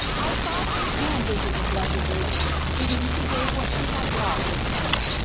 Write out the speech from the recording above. i saw st. anne visit the blessed virgin, to whom she gave what she had brought with her.